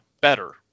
better